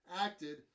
acted